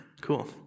Cool